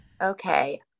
Okay